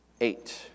eight